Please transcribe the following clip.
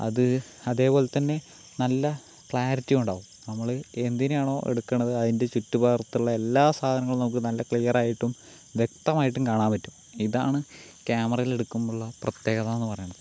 അത് അതേപോലെതന്നെ നല്ല ക്ലാരിറ്റിയുണ്ടാകും നമ്മൾ എന്തിനെയാണോ എടുക്കണത് അതിൻ്റെ ചുറ്റുഭാഗത്തുള്ള എല്ലാ സാധനങ്ങളും നമുക്ക് നല്ല ക്ലിയർ ആയിട്ടും വ്യക്തമായിട്ടും കാണാൻ പറ്റും ഇതാണ് ക്യാമറിയിൽ എടുക്കുമ്പോളുള്ള പ്രത്യേകത എന്നുപറയണത്